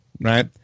Right